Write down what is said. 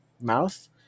mouse